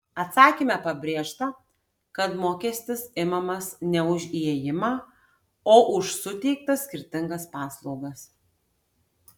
atsakyme pabrėžta kad mokestis imamas ne už įėjimą o už suteiktas skirtingas paslaugas